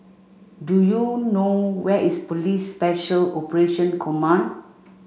do you know where is Police Special Operation Command